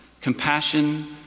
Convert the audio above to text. compassion